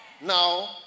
now